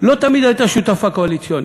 לא תמיד הייתה שותפה קואליציונית,